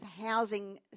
housing